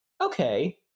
Okay